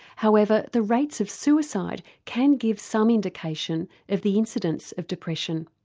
however the rates of suicide can give some indication of the incidence of depression.